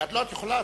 לא, את יכולה.